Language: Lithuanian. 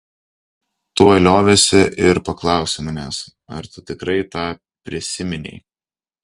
tuoj liovėsi ir paklausė manęs ar tu tikrai tą prisiminei